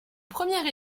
première